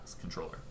controller